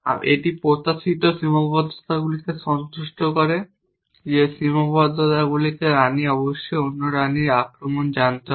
এটি প্রত্যাশিত সীমাবদ্ধতাগুলিকে সন্তুষ্ট করে যে সীমাবদ্ধতাগুলি রাণীকে অবশ্যই অন্য রাণীর আক্রমণটি জানতে হবে